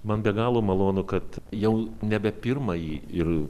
man be galo malonu kad jau nebe pirmąjį ir